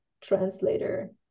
translator